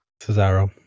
Cesaro